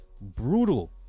brutal